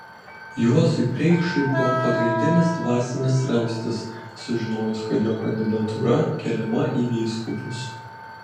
juozui preikšui buvo pagrindinis dvasinis ramstis sužinojus kad jo kandidatūra keliama į vyskupus